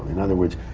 in other words,